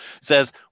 says